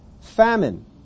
famine